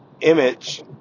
image